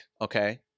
Okay